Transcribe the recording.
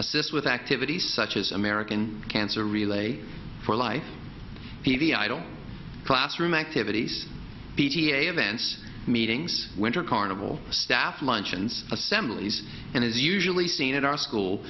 assist with activities such as american cancer relay for life he i don't classroom activities p t a events meetings winter carnival staff luncheons assemblies and is usually seen at our school